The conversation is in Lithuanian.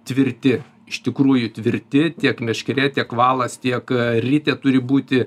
tvirti iš tikrųjų tvirti tiek meškerė tiek valas tiek ritė turi būti